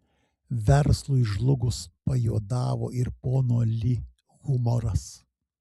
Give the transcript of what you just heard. verslui žlugus pajuodavo ir pono li humoras